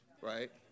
Right